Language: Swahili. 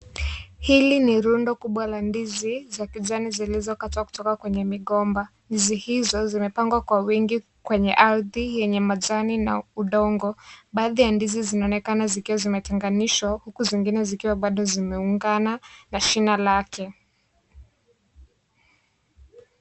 Hili ni rundo kubwa la ndizi za kijani zilizokatwa kutoka kwenye migomba. Ndizi hizo zimepangwa kwa wingi kwenye ardhi yenye majani na udongo. Baadhi ya ndizi zinaonekana zikiwa zimetenganishwa huku zingine zikiwa bado zimeungana na shina lake.